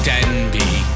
Denby